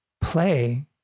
play